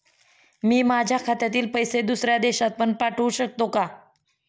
मी माझ्या खात्यातील पैसे दुसऱ्या देशात पण पाठवू शकतो का?